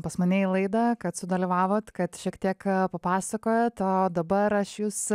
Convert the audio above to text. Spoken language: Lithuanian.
pas mane į laidą kad sudalyvavot kad šiek tiek papasakojot o dabar aš jus